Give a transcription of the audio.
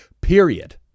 Period